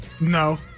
No